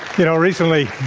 you know, recently,